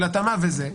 של התאמה וכדומה.